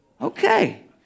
Okay